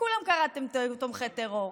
לכולם קראתם "תומכי טרור".